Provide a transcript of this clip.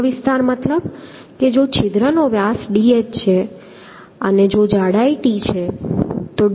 છિદ્ર વિસ્તાર મતલબ કે જો છિદ્રનો વ્યાસ dh છે અને જો t જાડાઈ છે